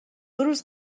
روز